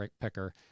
picker